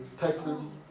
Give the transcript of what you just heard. Texas